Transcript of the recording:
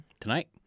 Tonight